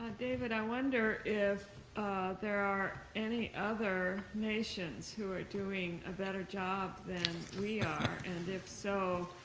david, i wonder if there are any other nations who are doing a better job than we are and if so,